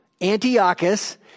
Antiochus